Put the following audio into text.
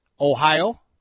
Ohio